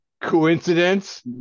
Coincidence